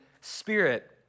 spirit